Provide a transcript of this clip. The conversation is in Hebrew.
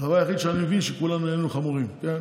הדבר היחיד שאני מבין, שכולנו נהיינו חמורים, כן?